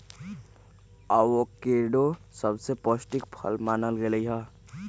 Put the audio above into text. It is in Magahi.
अवोकेडो सबसे पौष्टिक फल मानल गेलई ह